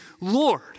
Lord